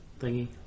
thingy